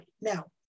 Now